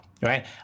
right